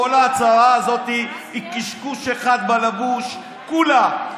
כל ההצעה הזאת היא קשקוש בלבוש אחד, כולה.